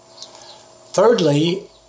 Thirdly